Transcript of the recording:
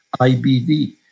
IBD